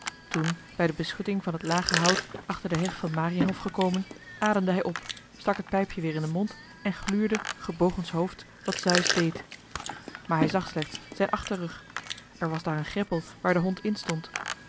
toen bij de beschutting van het lage hout achter de heg van mariënhof gekomen ademde hij op stak het pijpje weer in den mond en gluurde gebogenshoofds wat zeus deed maar hij zag slechts zijn achterrug er was daar een greppel waar de hond